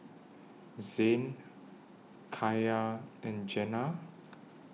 Zayne Kaia and Jenna